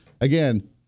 again